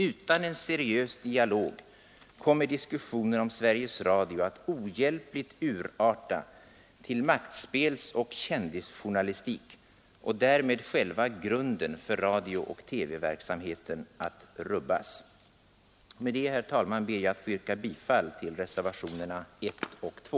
Utan en seriös dialog kommer diskussionen om Sveriges Radio att ohjälpligt urarta till maktspelsoch kändisjournalistik och därmed själva grunden för radiooch TV-verksamheten att rubbas. Med det, herr talman, ber jag att få yrka bifall till reservationerna 1 och 2.